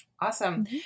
Awesome